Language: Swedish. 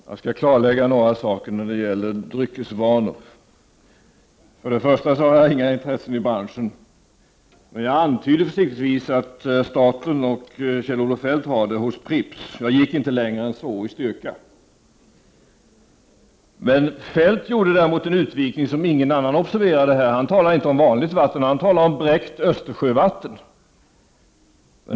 Herr talman! Jag skall klarlägga en del saker när det gäller dryckesvanor. Till att börja med vill jag säga att jag inte har några intressen i branschen. Däremot antydde jag försiktigtvis att staten och Kjell-Olof Feldt har det hos Pripps, jag gick inte längre än så i styrka. Feldt gjorde däremot en utvikning som ingen observerade här. Han talar nämligen inte om vanligt vatten, han talar om bräckt Östersjövatten.